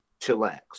chillax